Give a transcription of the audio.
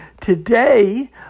Today